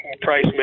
price